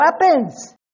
weapons